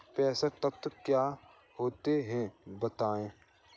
पोषक तत्व क्या होते हैं बताएँ?